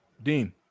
Dean